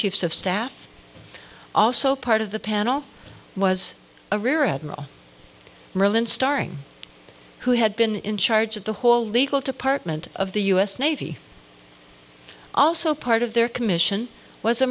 chiefs of staff also part of the panel was a rear admiral mullen starring who had been in charge of the whole legal department of the u s navy also part of their commission was a